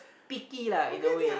picky lah in a way